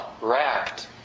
wrapped